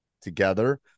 together